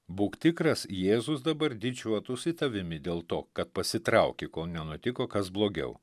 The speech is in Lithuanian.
būk tikras jėzus dabar didžiuotųsi tavimi dėl to kad pasitrauki kol nenutiko kas blogiau